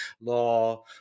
law